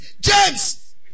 James